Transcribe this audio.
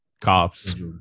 cops